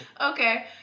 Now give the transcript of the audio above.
okay